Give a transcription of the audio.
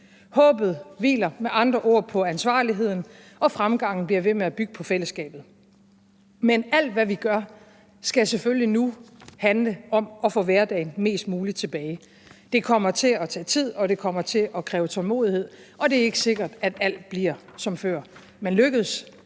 Håbet hviler med andre ord på ansvarligheden, og fremgangen bliver ved med at bygge på fællesskabet. Men alt, hvad vi gør, skal selvfølgelig nu handle om at få hverdagen mest muligt tilbage. Det kommer til at tage tid, og det kommer til at kræve tålmodighed, og det er ikke sikkert, at alt bliver som før, men lykkes,